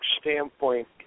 standpoint